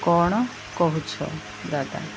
କ'ଣ କହୁଛ ଦାଦା